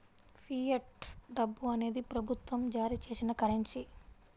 fiat డబ్బు అనేది ప్రభుత్వం జారీ చేసిన కరెన్సీ